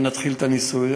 נתחיל את הניסוי,